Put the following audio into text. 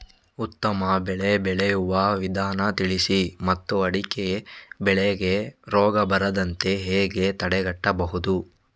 ಉತ್ತಮ ಬೆಳೆ ಬೆಳೆಯುವ ವಿಧಾನ ತಿಳಿಸಿ ಮತ್ತು ಅಡಿಕೆ ಬೆಳೆಗೆ ರೋಗ ಬರದಂತೆ ಹೇಗೆ ತಡೆಗಟ್ಟಬಹುದು?